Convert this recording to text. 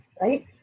right